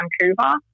Vancouver